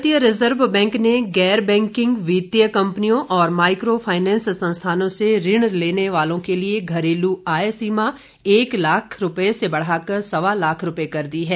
भारतीय Reserve Bank ने गैर बैंकिंग वित्तीय कंपनियों और माइक्रो फाइनेंस संस्थानों से ऋण लेने वालों के लिए घरेलू आय सीमा एक लाख रुपये से बढ़ाकर सवा लाख रुपये कर दी है